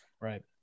Right